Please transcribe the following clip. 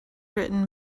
written